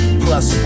plus